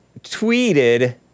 tweeted